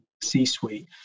C-suite